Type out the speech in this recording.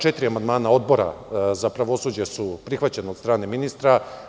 Četiri amandmana Odbora za pravosuđe su prihvaćena od strane ministra.